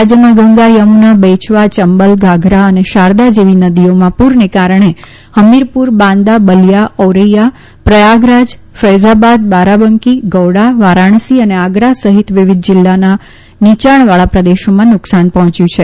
રાજયમાં ગંગા યમુના બેચવા ચંબલ ઘાઘરા અને શારદા જેવી નદીઓમાં પુરને કારણે ફમીરપુર બાંદા બલિયા ઔરૈયા પ્રયાગરાજ ફૈઝાબાદ બારાબંકી ગૌડા વારાણસી અને આગ્રા સહિત વિવિધ જીલ્લાના નીયાણવાળા પ્રદેશોમાં નુકશાન પહોચ્યું છે